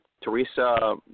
teresa